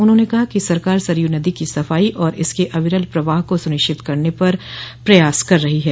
उन्होंने कहा कि सरकार सरयू नदी को सफाई और इसके अविरल प्रवाह को सुनिश्चित करने के लिए प्रयास कर रही है